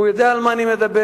הוא יודע על מה אני מדבר,